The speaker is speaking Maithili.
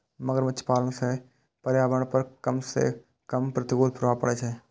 मगरमच्छ पालन सं पर्यावरण पर कम सं कम प्रतिकूल प्रभाव पड़ै छै